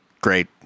great